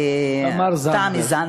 תמר זנדברג.